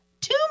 Two